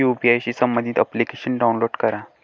UPI शी संबंधित application download करा